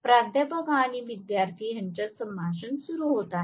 प्राध्यापक आणि विद्यार्थी यांच्यात संभाषण सुरू होत आहे